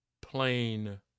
plain